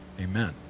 Amen